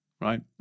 right